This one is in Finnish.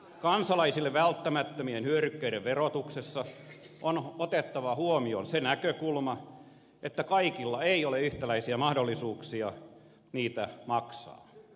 kansalaisille välttämättömien hyödykkeiden verotuksessa on otettava huomioon se näkökulma että kaikilla ei ole yhtäläisiä mahdollisuuksia niitä maksaa